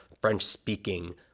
French-speaking